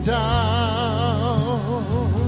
down